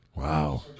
Wow